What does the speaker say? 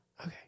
Okay